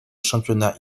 championnats